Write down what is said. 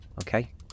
okay